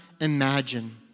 imagine